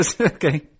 Okay